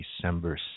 December